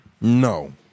No